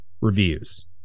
reviews